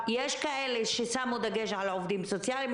יש כאלה ששמו דגש על עובדים סוציאליים,